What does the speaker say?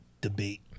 debate